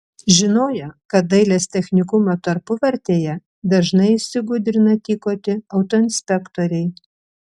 žinojo kad dailės technikumo tarpuvartėje dažnai įsigudrina tykoti autoinspektoriai